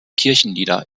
kirchenlieder